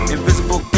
Invisible